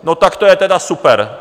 No, tak to je teda super.